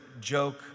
joke